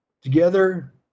together